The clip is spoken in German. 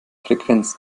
frequenz